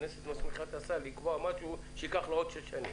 הכנסת מסמיכה את השר לקבוע משהו שייקח לו עוד שש שנים.